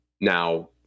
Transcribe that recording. Now